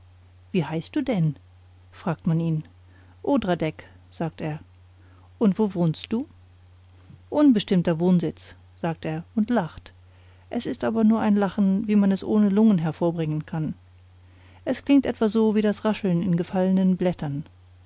wie heißt du denn fragt man ihn odradek sagt er und wo wohnst du unbestimmter wohnsitz sagt er und lacht es ist aber nur ein lachen wie man es ohne lungen hervorbringen kann es klingt etwa so wie das rascheln in gefallenen blättern